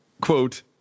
quote